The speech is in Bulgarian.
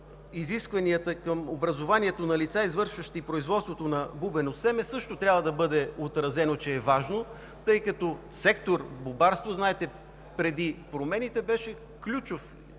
изискванията към образованието на лица, извършващи производството на бубено семе, също трябва да бъде отразено, че е важно, тъй като, знаете, преди промените сектор